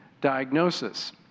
diagnosis